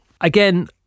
again